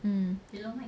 um